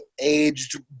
aged